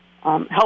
help